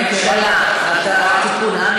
תיקון.